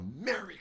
America